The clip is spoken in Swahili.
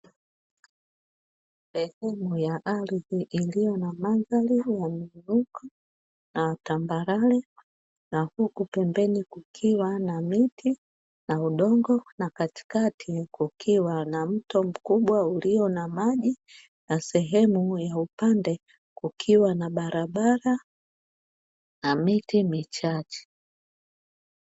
Sehemu ya ardhi iliyo na mandhari ya mwinuko na tambarare na huku pembeni kukiwa na miti na udongo, na katikati kukiwa na mto mkubwa uliyo na maji na sehemu ya upande kukiwa na barabara na miti michache.